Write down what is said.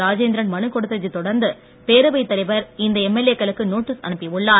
ராஜேந்திரன் மனுக் கொடுத்த்தைத் தொடர்ந்து பேரவைத் தலைவர் இந்த எம்எல்ஏ க்களுக்கு நோட்டீஸ் அனுப்பியுள்ளார்